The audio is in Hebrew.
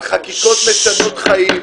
על חקיקות מצילות חיים.